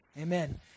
Amen